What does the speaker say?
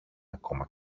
ακόμα